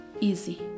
easy